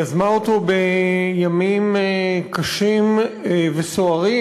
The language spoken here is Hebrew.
היא יזמה אותו בימים קשים וסוערים,